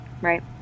right